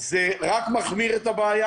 זה רק מחמיר את הבעיה.